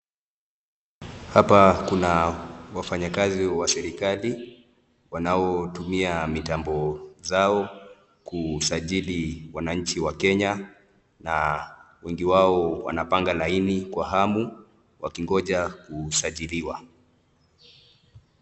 Hapa kuna wafanyakazi wa serikali wanaotumia mitambo zao kusajili wananchi wa Kenya na wengi wao wanapanga laini kwa hamu wakigonja kusajiliwa.